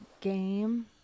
game